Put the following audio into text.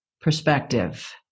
perspective